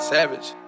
Savage